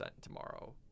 tomorrow